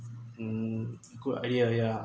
mm good idea yeah